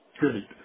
Good